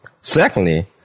Secondly